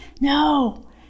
No